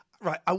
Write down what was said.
Right